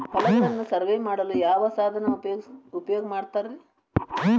ಹೊಲಗಳನ್ನು ಸರ್ವೇ ಮಾಡಲು ಯಾವ ಸಾಧನ ಉಪಯೋಗ ಮಾಡ್ತಾರ ರಿ?